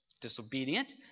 disobedient